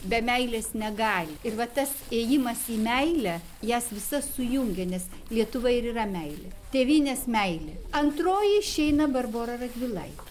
be meilės negali ir va tas ėjimas į meilę jas visas sujungia nes lietuva ir yra meilė tėvynės meilė antroji išeina barbora radvilaitė